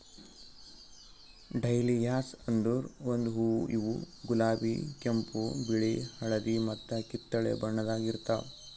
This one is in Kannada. ಡಹ್ಲಿಯಾಸ್ ಅಂದುರ್ ಒಂದು ಹೂವು ಇವು ಗುಲಾಬಿ, ಕೆಂಪು, ಬಿಳಿ, ಹಳದಿ ಮತ್ತ ಕಿತ್ತಳೆ ಬಣ್ಣದಾಗ್ ಇರ್ತಾವ್